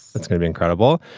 that's gonna be incredible.